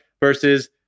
versus